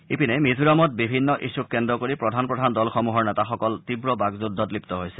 ইপিনে মিজোৰামত বিভিন্ন ইচ্ছ্যক কেন্দ্ৰ কৰি প্ৰধান প্ৰধান দলসমূহৰ নেতাসকল তীৱ বাক্ যুদ্ধত লিপ্ত হয়